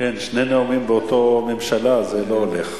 כן, שני נאומים באותה ממשלה זה לא הולך.